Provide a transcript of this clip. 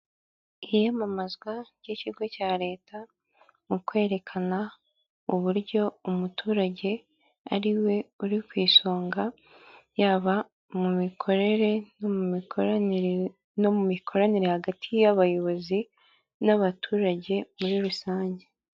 Iyamamazwa ry'ikigo cya leta mu kwerekana uburyo umuturage ari we uri ku isonga yaba mu mikorere no mu mikoranire no mu mikoranire hagati y'abayobozi n'abaturage muri rusange.